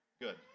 good